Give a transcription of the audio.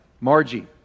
Margie